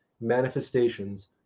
manifestations